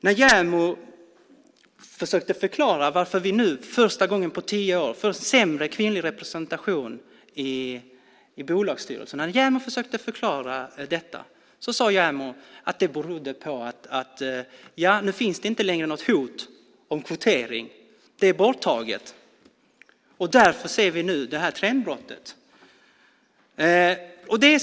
När JämO försökte förklara varför vi nu för första gången på tio år får sämre kvinnlig representation i svenska bolagsstyrelser sade JämO att det berodde på att det inte längre finns något hot om kvotering. Hotet är borttaget, och därför ser vi nu det här trendbrottet.